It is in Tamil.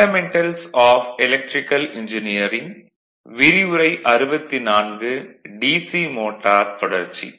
vlcsnap 2018 11 05 09h46m06s46